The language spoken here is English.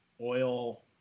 oil